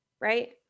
Right